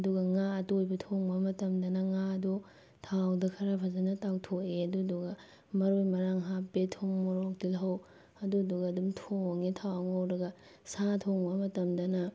ꯑꯗꯨꯒ ꯉꯥ ꯑꯇꯣꯏꯕ ꯊꯣꯡꯕ ꯃꯇꯝꯗꯅ ꯉꯥꯗꯣ ꯊꯥꯎꯗ ꯈꯔ ꯐꯖꯅ ꯇꯥꯎꯊꯣꯛꯑꯦ ꯑꯗꯨꯗꯨꯒ ꯃꯔꯣꯏ ꯃꯔꯥꯡ ꯍꯥꯞꯄꯦ ꯊꯨꯝ ꯃꯣꯔꯣꯛ ꯇꯤꯜꯍꯧ ꯑꯗꯨꯗꯨꯒ ꯑꯗꯨꯝ ꯊꯣꯡꯉꯦ ꯊꯥꯎ ꯉꯧꯔꯒ ꯁꯥ ꯊꯣꯡꯕ ꯃꯇꯝꯗꯅ